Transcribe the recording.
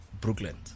Brooklyn